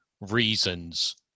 reasons